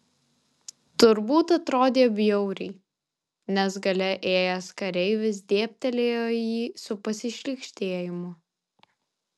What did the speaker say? turbūt atrodė bjauriai nes gale ėjęs kareivis dėbtelėjo į jį su pasišlykštėjimu